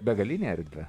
begalinę erdvę